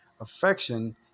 Affection